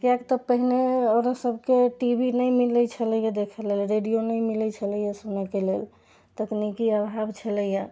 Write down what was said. किएक तऽ पहिने औरत सबके टी भी नहि मिलैत छलैया देखै लऽ रेडियो नहि मिलैत छलैया सुनऽके लेल तकनीकी अभाव छलैया